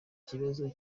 kibazo